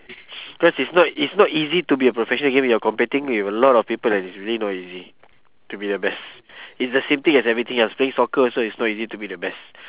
cause it's not it's not easy to be a professional gamer you are competing with a lot of people and is really noisy to be the best it's the same thing as everything else playing soccer also is not easy to be the best